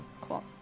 Cool